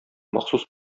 махсус